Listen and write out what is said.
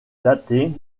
dater